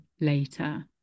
later